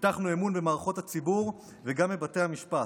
הבטחנו אמון במערכות הציבור וגם בבתי המשפט,